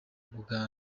buganda